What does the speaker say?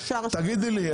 תגידי לי,